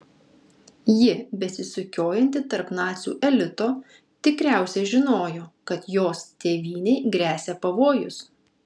ji besisukiojanti tarp nacių elito tikriausiai žinojo kad jos tėvynei gresia pavojus